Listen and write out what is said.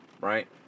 right